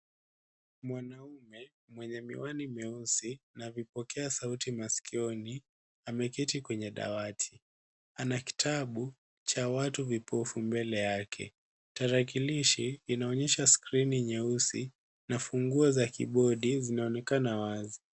Mwanaume mwenye miwani mieusi na vipokea sauti masikioni, ameketi kwenye dawati. Ana kitabu cha watu vipofu mbele yake. Tarakilishi inaonyesha skrini nyeusi na funguo za kibodi zinaonekana wazi.